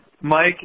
Mike